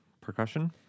percussion